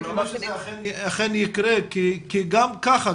אני מקווה שזה אכן יקרה כי גם ככה,